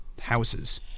houses